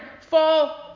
fall